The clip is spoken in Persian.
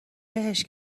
لهش